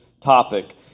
topic